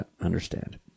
understand